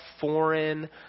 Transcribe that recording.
foreign